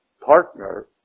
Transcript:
partner